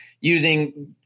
using